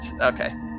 Okay